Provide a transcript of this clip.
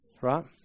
Right